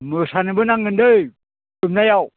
मोसानोबो नांगोन दै जोबनायाव